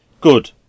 Good